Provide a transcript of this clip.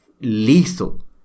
lethal